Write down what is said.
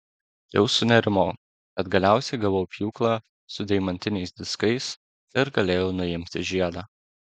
jau sunerimau bet galiausiai gavau pjūklą su deimantiniais diskais ir galėjau nuimti žiedą